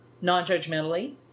non-judgmentally